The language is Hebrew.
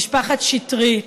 משפחת שטרית,